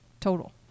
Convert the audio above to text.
total